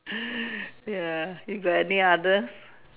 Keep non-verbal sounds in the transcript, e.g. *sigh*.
*breath* ya yo got any other